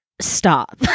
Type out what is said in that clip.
stop